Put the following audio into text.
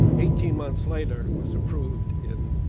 eighteen months later, was approved in